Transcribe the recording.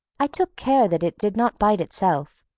i took care that it did not bite itself.